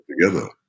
together